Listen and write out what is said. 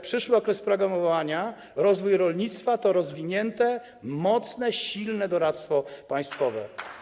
Przyszły okres programowania, jeśli chodzi o rozwój rolnictwa, to rozwinięte, mocne, silne doradztwo państwowe.